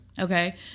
Okay